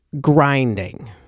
grinding